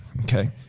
Okay